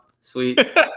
Sweet